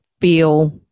feel